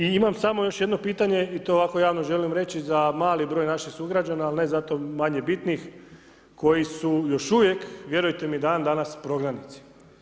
I imam samo još jedno pitanje i to ovako javno želim reći za mali broj naših sugrađana, al ne zato manje bitnih, koji su još uvijek, vjerujte mi, dan danas prognanici.